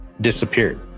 disappeared